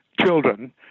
children